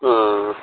ہاں